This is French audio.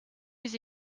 les